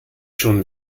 schon